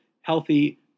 healthy